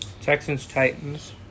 Texans-Titans